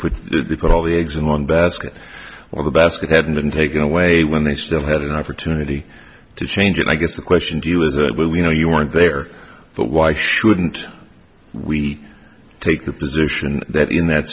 put they put all the eggs in one basket or the basket had been taken away when they still had an opportunity to change and i guess the question to you is that we know you weren't there but why shouldn't we take the position that in that